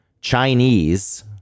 Chinese